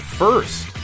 first